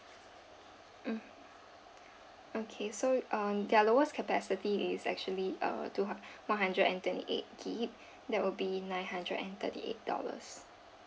uh okay so um their lowest capacity is actually uh two hu~ one hundred and twenty eight G_B that will be nine hundred and thirty eight dollars